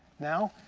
now,